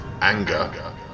anger